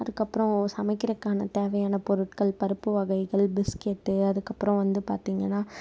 அதுக்கு அப்றம் சமைக்கிறதுக்கான தேவையான பொருட்கள் பருப்பு வகைகள் பிஸ்கெட்டு அதுக்கு அப்புறம் வந்து பார்த்திங்கன்னா